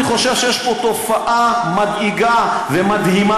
אני חושב שיש כאן תופעה מדאיגה ומדהימה,